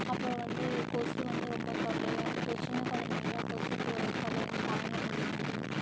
அப்பறம் வந்து கொசு வந்து ரொம்ப தொல்லையாக இருக்கும் சின்ன குழந்தைங்கள்லாம் கொசுக்கு தொல்லை வந்து தாங்க முடியாது